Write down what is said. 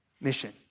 mission